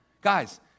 Guys